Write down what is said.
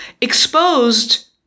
Exposed